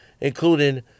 including